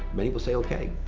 many will say okay.